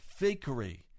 fakery